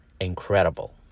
incredible